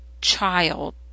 child